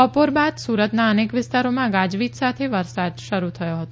બપોર બાદ સુરતના અનેક વિસ્તારોમાં ગાજવીજ સાથે વરસાદ શરૂ થયો હતો